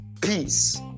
peace